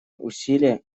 усилия